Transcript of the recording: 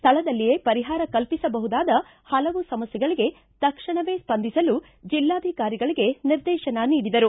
ಸ್ಥಳದಲ್ಲಿಯೇ ಪರಿಹಾರ ಕಲ್ಪಿಸಬಹುದಾದ ಹಲವು ಸಮಸ್ಥೆಗಳಿಗೆ ತಕ್ಷಣವೇ ಸ್ಪಂದಿಸಲು ಜಿಲ್ಲಾಧಿಕಾರಿಗಳಿಗೆ ನಿರ್ದೇತನ ನೀಡಿದರು